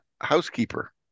housekeeper